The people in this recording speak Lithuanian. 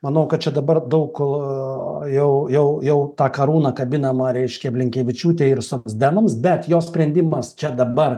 manau kad čia dabar daug jau jau tą karūną kabinamą reiškia blinkevičiūtei ir socdemams bet jos sprendimas čia dabar